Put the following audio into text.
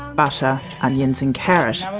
butter, onions and carrot. um